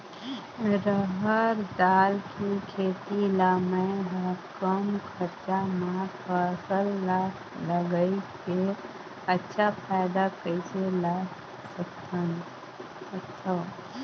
रहर दाल के खेती ला मै ह कम खरचा मा फसल ला लगई के अच्छा फायदा कइसे ला सकथव?